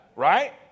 Right